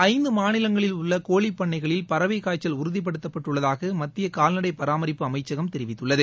ஐந்து மாநிலங்களில் உள்ள கோழிப்பண்ணைகளில் பறவைக் நாட்டில் காய்ச்சல் உறுதிபடுத்தப்பட்டுள்ளதாக மத்திய கால்நடை பராமரிட்டுத்துறை அமைச்சகம் தெரிவித்துள்ளது